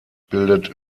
bildet